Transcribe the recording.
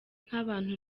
nk’abantu